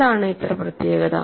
എന്താണ് ഇത്ര പ്രത്യേകത